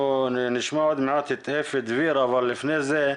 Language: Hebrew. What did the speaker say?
אנחנו נשמע עוד מעט את אפי דביר אבל לפני זה,